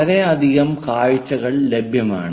വളരെയധികം കാഴ്ചകൾ ലഭ്യമാണ്